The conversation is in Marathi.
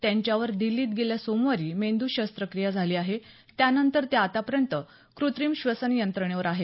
त्यांच्यावर दिल्लीत गेल्या सोमवारी मेंद् शस्त्रक्रिया झाली आहे त्यानंतर ते आतापर्यंत कृत्रीम श्वसन यंत्रणेवर आहेत